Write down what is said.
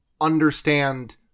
understand